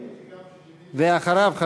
ואחריו,